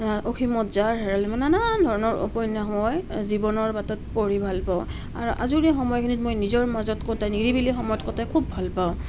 অসীমত যাৰ হেৰাল সীমা নানান ধৰণৰ উপন্যাস মই জীৱনৰ বাটত পঢ়ি ভাল পাওঁ আৰু আজৰি সময়খিনিত মই নিজৰ মাজত কটাই নিৰিবিলি সময়ত কটাই খুব ভাল পাওঁ